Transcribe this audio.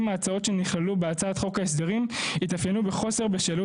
ההצעות שנכללו בהצעת חוק ההסדרים התאפיינו בחוסר בשלות